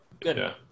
good